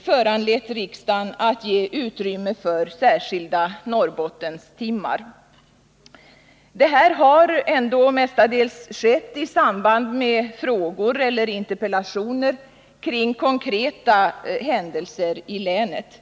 föranlett riksdagen att ge utrymme för särskilda Norrbottenstimmar. Detta har dock mestadels skett i samband med frågor eller interpellationer kring konkreta händelser i länet.